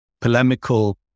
polemical